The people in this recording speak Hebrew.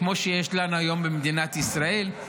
כמו שיש לנו היום במדינת ישראל,